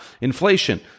inflation